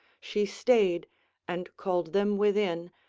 she stayed and called them within,